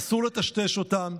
אסור לטשטש אותן.